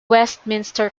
westminster